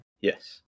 Yes